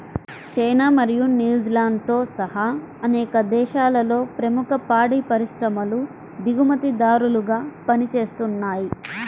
China మరియు న్యూజిలాండ్తో సహా అనేక దేశాలలో ప్రముఖ పాడి పరిశ్రమలు దిగుమతిదారులుగా పనిచేస్తున్నయ్